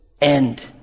end